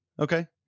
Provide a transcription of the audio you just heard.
Okay